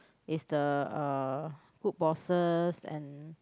is the uh good bosses and